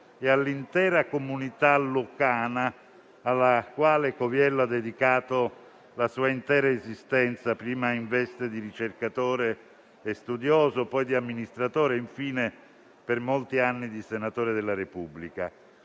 e all'intera comunità lucana, alla quale Coviello ha dedicato la sua intera esistenza, prima in veste di ricercatore e studioso; poi di amministratore; infine, per molti anni, di senatore della Repubblica.